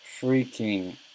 freaking